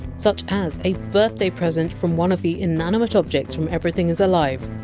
such as a birthday present from one of the inanimate objects from everything is alive,